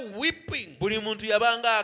weeping